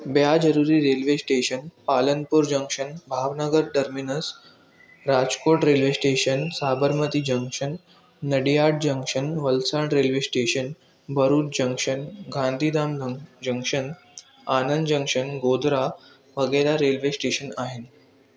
ॿिया ज़रूरी railway station Palanpur जंक्शनु भावनगर टर्मिनस राजकोट रेलवे स्टेशनु साबरमती जंक्शनु नडियाड जंक्शनु वलसाड रेलवे स्टेशनु भरूच जंक्शनु गांधीधाम जंक्शनु आनंद जंक्शनु गोधरा वग़ैरह रेलवे स्टेशन